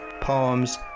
poems